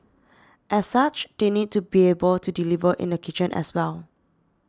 as such they need to be able to deliver in the kitchen as well